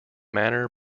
manner